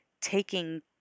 taking